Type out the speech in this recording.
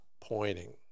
pointing